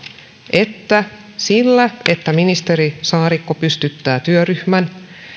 että se että ministeri saarikko pystyttää työryhmän